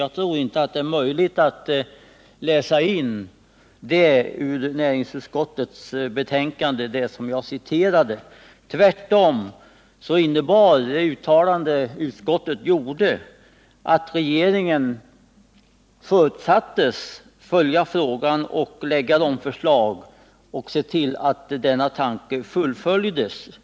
Jag tror inte det är möjligt att läsa in det i näringsutskottets betänkande, det som jag citerade. Tvärtom innebar det uttalande utskottet gjorde att regeringen förutsattes följa frågan, lägga fram förslag och se till att tanken fullföljdes.